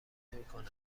میکنه